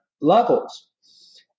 levels